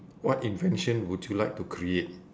what invention would you like to create